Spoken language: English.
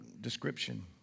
description